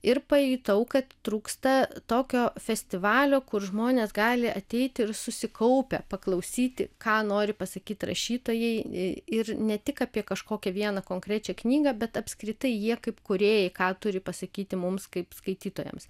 ir pajutau kad trūksta tokio festivalio kur žmonės gali ateiti ir susikaupę paklausyti ką nori pasakyt rašytojai ir ne tik apie kažkokią vieną konkrečią knygą bet apskritai jie kaip kūrėjai ką turi pasakyti mums kaip skaitytojams